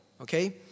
Okay